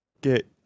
get